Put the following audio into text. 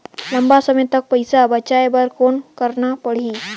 लंबा समय तक पइसा बचाये बर कौन करना पड़ही?